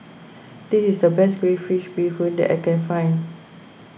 this is the best Crayfish BeeHoon that I can find